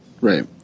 right